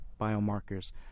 biomarkers